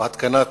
או התקנה,